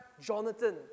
Jonathan